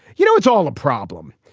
you know it's all a problem.